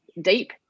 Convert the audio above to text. deep